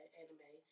anime